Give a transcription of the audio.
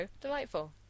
Delightful